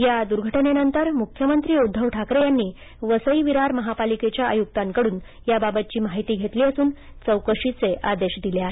या दुर्घटनेनंतर मुख्यमंत्री उद्दव ठाकरे यांनी वसई विरार महापालिकेच्या आयुक्तांकडून याबाबतघी माहिती घेतली असून चौकशीचे आदेश दिले आहेत